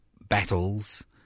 battles